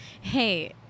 Hey